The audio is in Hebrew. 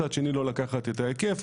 מצד שני לא לקחת את ההיקף,